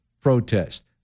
protest